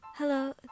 Hello